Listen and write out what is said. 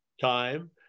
time